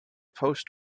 post